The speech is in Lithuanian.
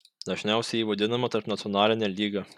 dažniausiai ji vadinama tarpnacionaline lyga